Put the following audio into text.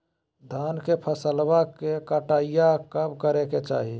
धान के फसलवा के कटाईया कब करे के चाही?